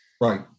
Right